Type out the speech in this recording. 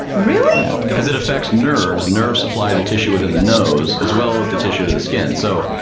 really? ah because it affects nerves. nerves supply, the tissue within the nose as well as the tissue of the skin. so,